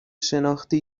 شناختی